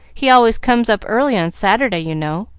he always comes up early on saturday, you know.